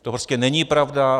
To prostě není pravda.